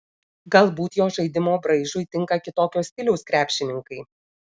galbūt jo žaidimo braižui tinka kitokio stiliaus krepšininkai